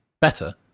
better